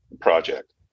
project